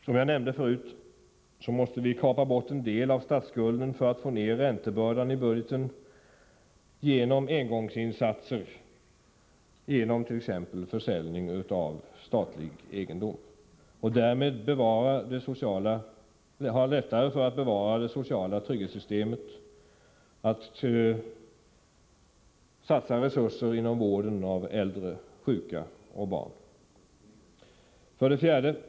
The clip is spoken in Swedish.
Som jag nämnde förut måste vi — genom engångsinsatser, t.ex. genom försäljning av statlig egendom — kapa bort en del av statsskulden för att få ned räntebördan i budgeten. Därmed har man lättare för att bevara det sociala trygghetssystemet och för att satsa resurser inom vården av äldre, sjuka och barn. 4.